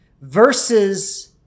Versus